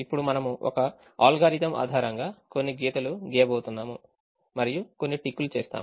ఇప్పుడు మనము ఒక అల్గోరిథం ఆధారంగా కొన్ని గీతలు గీయబోతున్నాము మరియు కొన్ని టిక్ లు చేస్తాము